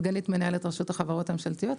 סגנית מנהלת רשות החברות הממשלתיות,